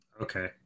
Okay